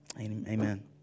Amen